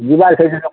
ଯିବା ସେଇଠି ଦୋକାନ